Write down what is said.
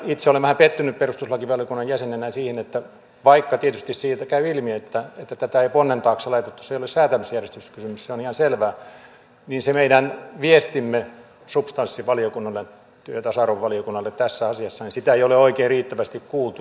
itse olen perustuslakivaliokunnan jäsenenä vähän pettynyt siihen että vaikka tietysti siitä käy ilmi että tätä ei ponnen taakse laitettu se ei ole säätämisjärjestyskysymys se on ihan selvää niin sitä meidän viestiämme substanssivaliokunnalle työ ja tasa arvovaliokunnalle tässä asiassa ei ole oikein riittävästi kuultu